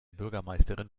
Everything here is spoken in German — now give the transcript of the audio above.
bürgermeisterin